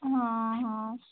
ହଁ ହଁ